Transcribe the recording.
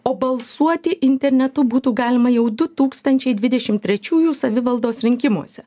o balsuoti internetu būtų galima jau du tūkstančiai dvidešim trečiųjų savivaldos rinkimuose